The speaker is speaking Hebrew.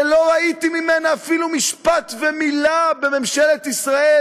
שלא ראיתי ממנה אפילו משפט ומילה בממשלת ישראל,